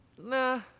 nah